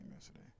yesterday